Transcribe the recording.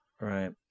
Right